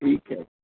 ठीक आहे